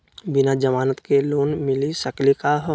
बिना जमानत के लोन मिली सकली का हो?